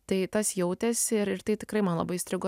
tai tas jautėsi ir ir tai tikrai man labai įstrigo